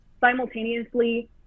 simultaneously